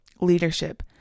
Leadership